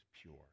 pure